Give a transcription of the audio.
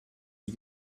die